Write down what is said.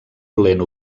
lent